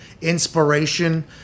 inspiration